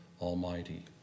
Almighty